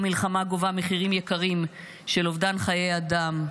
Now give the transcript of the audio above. המלחמה גובה מחירים יקרים של אובדן חיי אדם,